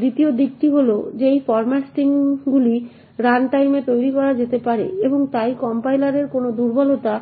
দ্বিতীয় দিকটি হল যে এই ফরম্যাট স্ট্রিংগুলি রানটাইমে তৈরি করা যেতে পারে এবং তাই কম্পাইলাররা কোনো দুর্বলতা